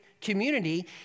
community